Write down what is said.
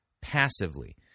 passively